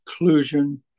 inclusion